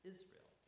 Israel